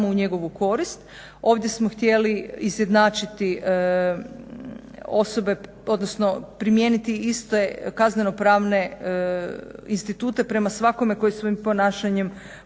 u njegovu korist. Ovdje smo htjeli izjednačiti osobe, odnosno primijeniti iste kaznenopravne institute prema svakome tko svojim ponašanjem povređuje